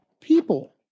people